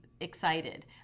excited